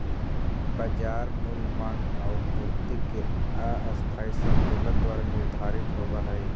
बाजार मूल्य माँग आउ पूर्ति के अस्थायी संतुलन द्वारा निर्धारित होवऽ हइ